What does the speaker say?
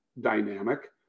dynamic